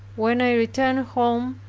when i returned home,